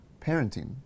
parenting